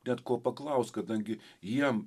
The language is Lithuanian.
net ko paklaust kadangi jiem